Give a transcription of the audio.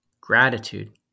gratitude